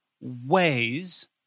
ways